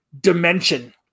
dimension